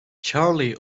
charlie